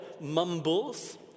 mumbles